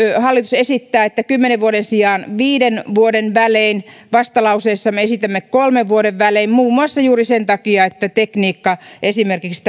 hallitus esittää että kymmenen vuoden sijaan viiden vuoden välein vastalauseessamme esitämme kolmen vuoden välein muun muassa juuri sen takia että tekniikka esimerkiksi